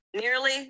Nearly